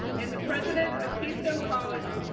and the president of keystone college,